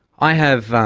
i have